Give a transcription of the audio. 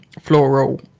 floral